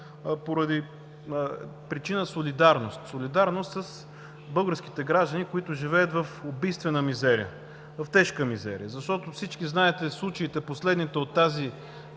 поради причина солидарност – солидарност с българските граждани, които живеят в убийствена мизерия, в тежка мизерия. Всички знаете последните случаи от тази